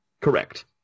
Correct